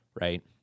right